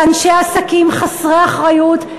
של אנשי עסקים חסרי אחריות,